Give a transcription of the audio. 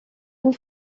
une